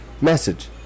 Message